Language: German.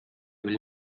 will